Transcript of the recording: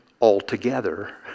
altogether